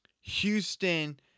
Houston